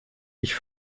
ich